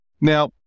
Now